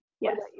Yes